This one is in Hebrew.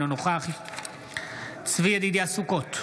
אינו נוכח צבי ידידיה סוכות,